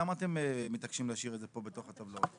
למה אתם מתעקשים להשאיר את זה פה בתוך הטבלה?